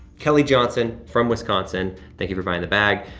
kelly johnson from wisconsin, thank you for buying the bag.